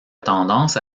tendance